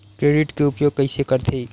Credit के उपयोग कइसे करथे?